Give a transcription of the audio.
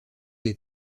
des